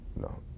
No